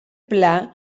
pla